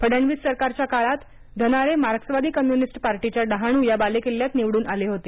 फडणवीस सरकारच्या काळात धनारे मार्क्सवादी कम्युनिस्ट पार्टीच्या डहाणू या बालेकिल्ल्यात निवडून आले होते